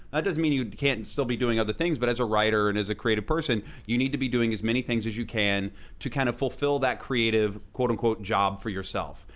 doesn't mean you can't and still be doing other things but as a writer and as a creative person, you need to be doing as many things as you can to kind of fulfill that creative quote unquote job for yourself.